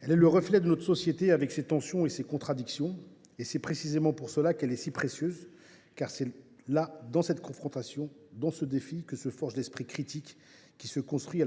Elle est le reflet de notre société, avec ses tensions et ses contradictions et c’est précisément pour cela qu’elle est si précieuse, car c’est là, dans cette confrontation, ce défi, que se forge l’esprit critique, que se construit